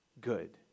good